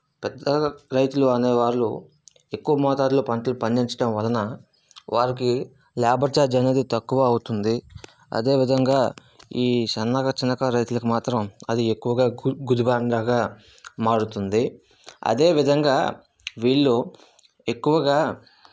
పెద్ద రైతులు అనేవాళ్ళు ఎక్కువ మోతాదులో పంటలు పండించటం వలన వాళ్ళకి లేబర్ చార్జ్ అనేది తక్కువ అవుతుంది అదేవిధంగా ఈ సన్న చిన్నకారు రైతులకు మాత్రం అది ఎక్కువగా గు గుజుబారంలాగా మారుతుంది అదేవిధంగా వీళ్ళు ఎక్కువగా